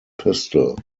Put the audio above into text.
pistol